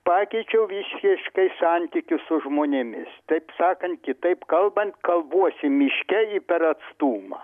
pakeičiau visiškai santykius su žmonėmis taip sakant kitaip kalbant kalbuosi miške per atstumą